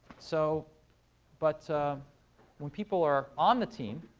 so but when people are on the team,